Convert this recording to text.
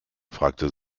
fragte